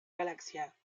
galaxia